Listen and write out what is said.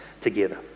together